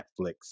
Netflix